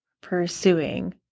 pursuing